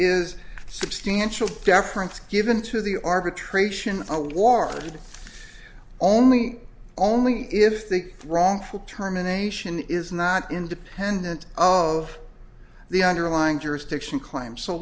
is substantial deference given to the arbitration awarded only only if the wrongful terminations is not independent of the underlying jurisdiction claim so